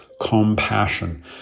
Compassion